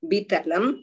Bitalam